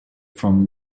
from